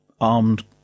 armed